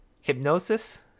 hypnosis